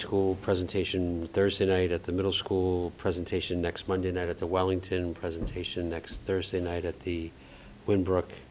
school presentation thursday that the middle school presentation next monday night at the wellington presentation next thursday night at the when brooke